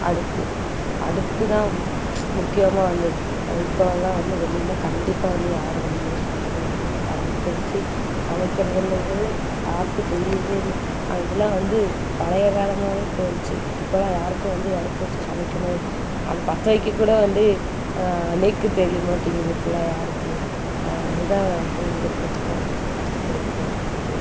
அடுப்பு அடுப்பு தான் முக்கியமாக வந்து இப்போலாம் வந்து வெளிலலாம் கண்டிப்பாக வந்து யாரும் வந்து யூஸ் பண்ணுறதே கிடையாது அடுப்ப வச்சி சமைக்கறதுங்கிறதே யாருக்கும் தெரியுறதே இல்லை அதெலாம் வந்து பழைய காலமாவே போயிடுச்சு இப்போலாம் யாருக்கும் வந்து அடுப்பு வச்சு சமைக்கணும் அது பற்ற வைக்கக்கூட வந்து நேக்கு தெரியமாட்டேங்கிது இப்போலாம் யாருக்கும் அதுதான் வந்து இங்க இருக்கிறத்துக்கும் அங்கே இருக்கிறத்துக்கும் வேறுபாடு இருக்குது